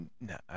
No